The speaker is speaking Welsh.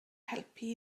helpu